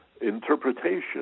interpretation